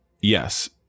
Yes